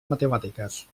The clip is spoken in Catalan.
matemàtiques